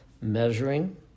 measuring